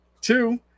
Two